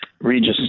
Regis